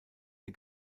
der